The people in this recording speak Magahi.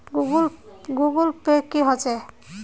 गूगल पै की होचे?